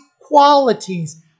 qualities